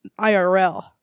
IRL